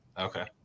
Okay